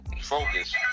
focus